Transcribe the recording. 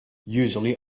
usually